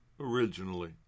originally